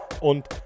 und